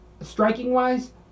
Striking-wise